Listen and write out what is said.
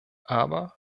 aber